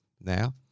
Now